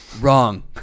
Wrong